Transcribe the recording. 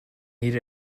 need